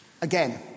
Again